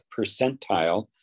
percentile